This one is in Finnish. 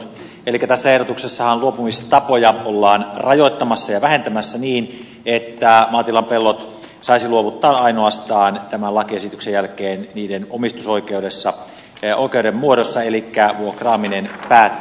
elikkä tässä ehdotuksessahan luopumistapoja ollaan rajoittamassa ja vähentämässä niin että maatilan pellot saisi luovuttaa tämän lakiesityksen jälkeen ainoastaan niiden omistusoikeuden muodossa elikkä vuokraaminen päättyisi